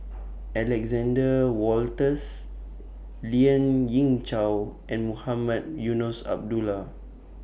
Alexander Wolters Lien Ying Chow and Mohamed Eunos Abdullah